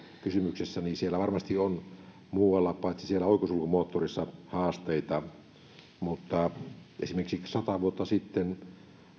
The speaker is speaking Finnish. kysymyksessä täyssähköauto niin varmasti on haasteita paitsi siellä oikosulkumoottorissa myös muualla mutta esimerkiksi sata vuotta sitten